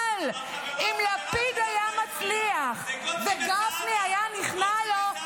אבל אם לפיד היה מצליח וגפני היה נכנע לו,